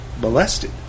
molested